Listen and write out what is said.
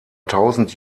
tausend